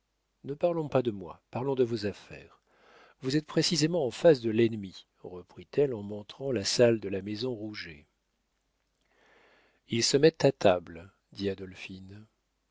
ne parlons pas de moi parlons de vos affaires vous êtes précisément en face de l'ennemi reprit-elle en montrant la salle de la maison rouget ils se mettent à table dit